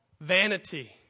vanity